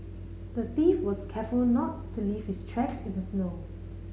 the thief was careful not to leave his tracks in the snow